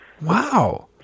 Wow